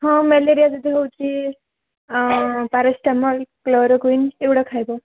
ହଁ ମ୍ୟାଲେରିଆ ଯଦି ହେଉଛି ହଁ ପାରାସିଟାମଲ୍ କ୍ଲୋରକୁଇନ୍ ଏଗୁଡ଼ା ଖାଇବ